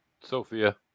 Sophia